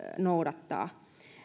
noudattaa